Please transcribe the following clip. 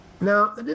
now